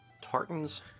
tartans